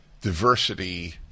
diversity